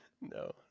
No